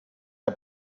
der